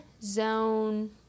zone